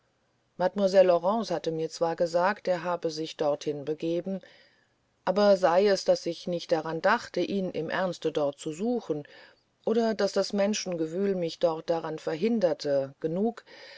mademoiselle laurence hatte mir zwar gesagt er habe sich dorthin begeben aber sei es daß ich nicht daran dachte ihn im ernste dort zu suchen oder daß das menschengewühl mich dort daran verhinderte genug